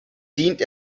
dient